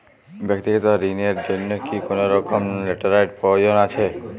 ব্যাক্তিগত ঋণ র জন্য কি কোনরকম লেটেরাল প্রয়োজন আছে?